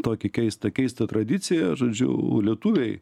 tokį keistą keistą tradiciją žodžiu lietuviai